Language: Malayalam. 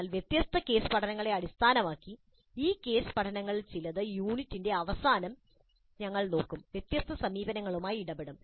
എന്നാൽ വ്യത്യസ്ത കേസ് പഠനങ്ങളെ അടിസ്ഥാനമാക്കി ഈ കേസ് പഠനങ്ങളിൽ ചിലത് ഈ യൂണിറ്റിന്റെ അവസാനം ഞങ്ങൾ നോക്കും വ്യത്യസ്ത സമീപനങ്ങളുമായി ഇടപെടും